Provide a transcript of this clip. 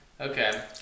Okay